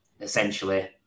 essentially